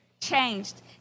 changed